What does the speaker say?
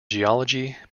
geology